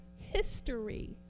history